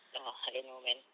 ah I don't know man